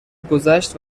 گذشت